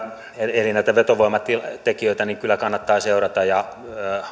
eli näitä vetovoimatekijöitä kyllä kannattaa seurata ja